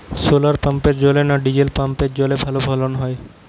শোলার পাম্পের জলে না ডিজেল পাম্পের জলে ভালো ফসল হয়?